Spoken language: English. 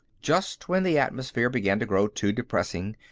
just when the atmosphere began to grow too depressing,